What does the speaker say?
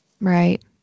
Right